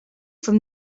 from